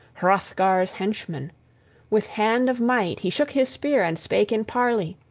hrothgar's henchman with hand of might he shook his spear, and spake in parley.